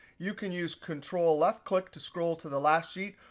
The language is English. you can use control left click to scroll to the last sheet,